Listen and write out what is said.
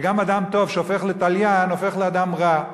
וגם אדם טוב שהופך לתליין הופך לאדם רע.